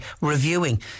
reviewing